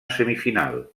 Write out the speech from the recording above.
semifinal